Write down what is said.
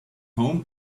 home